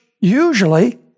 usually